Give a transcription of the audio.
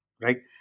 Right